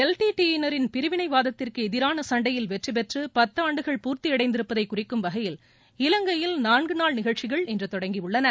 L T T E யினரின் பிரிவினை வாதத்திற்கு எதிரான சண்டையில் வெற்றி பெற்று பத்து ஆண்டுகள் பூர்த்தி அடைந்திருப்பதை குறிக்கும் வகையில் இலங்கையில் நான்கு நாள் நிகழ்ச்சிகள் இன்று தொடங்கியுள்ளன